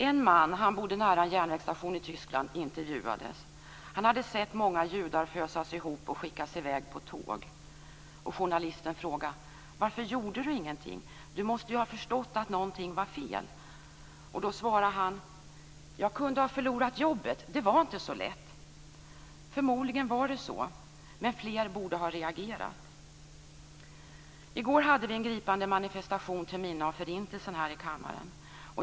En man som bodde nära en järnvägsstation i Tyskland intervjuades. Han hade sett många judar fösas ihop och skickas i väg på tåg. Journalisten frågade: Varför gjorde du ingenting? Du måste ju ha förstått att någonting var fel. Då svarade han: Jag kunde ha förlorat jobbet. Det var inte så lätt. Förmodligen var det så, men fler borde ha reagerat. I går hade vi en gripande manifestation till minne av Förintelsen här i kammaren.